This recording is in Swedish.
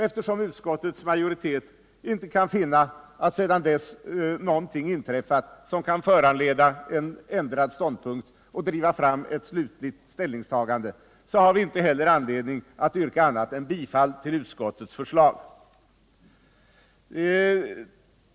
Eftersom utskottsmajoriteten inte kan finna att sedan dess någonting inträffat som kan föranleda en ändrad ståndpunkt och driva fram ett slutligt ställningstagande, har vi inte heller anledning att yrka något annat än bifall till utskottets förslag.